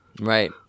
Right